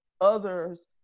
others